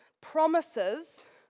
promises